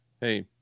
hey